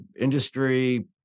industry